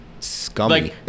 Scummy